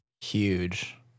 Huge